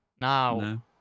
Now